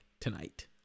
tonight